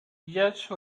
village